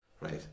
right